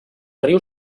riu